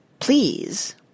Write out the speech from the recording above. Please